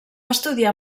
estudiar